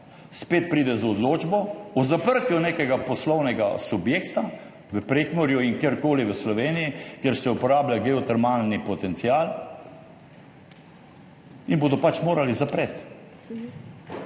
spet pride z odločbo o zaprtju nekega poslovnega subjekta v Prekmurju in kjerkoli v Sloveniji, kjer se uporablja geotermalni potencial, in bodo pač morali zapreti.